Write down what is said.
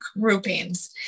groupings